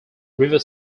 river